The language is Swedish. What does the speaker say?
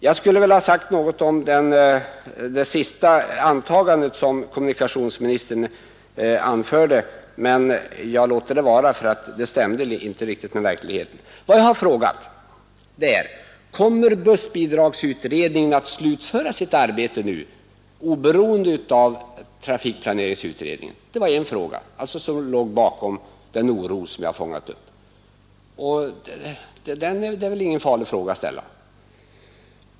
Jag skulle väl ha sagt något om det sista antagandet som kommunikationsministern gjorde — det stämde inte riktigt med verkligheten — men jag låter det vara. Vad jag har frågat är alltså: Kommer bussbidragsutredningen att slutföra sitt arbete nu, oberoende av trafikplaneringsutredningen? Det är en fråga som ligger bakom den oro jag har fångat upp, och det är väl ingen farlig fråga att ställa.